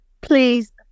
please